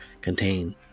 contain